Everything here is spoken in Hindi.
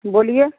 बोलिए